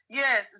yes